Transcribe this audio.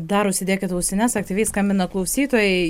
dar užsidėkit ausines aktyviai skambina klausytojai